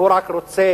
הוא רק רוצה